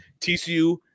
TCU